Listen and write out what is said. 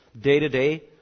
day-to-day